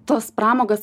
tos pramogas